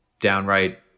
downright